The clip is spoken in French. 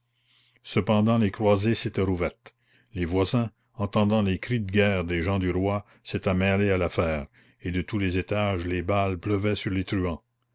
cependant les croisées s'étaient rouvertes les voisins entendant les cris de guerre des gens du roi s'étaient mêlés à l'affaire et de tous les étages les balles pleuvaient sur les truands